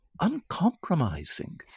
uncompromising